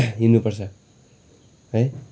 हिँड्नुपर्छ है